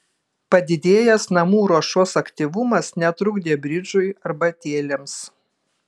padidėjęs namų ruošos aktyvumas netrukdė bridžui arbatėlėms